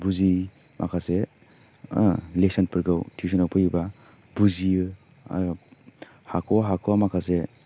बुजियै माखासे लेसनफोरखौ टिउसनाव फैयोबा बुजियो आरो हाख'वा हाख'वा माखासे